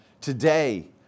Today